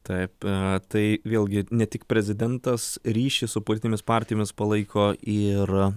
taip tai vėlgi ne tik prezidentas ryšis su politinėmis partijas palaiko ir